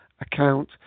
account